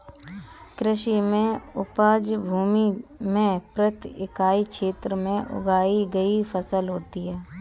कृषि में उपज भूमि के प्रति इकाई क्षेत्र में उगाई गई फसल होती है